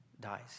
dies